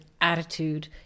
attitude